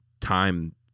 time